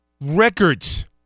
records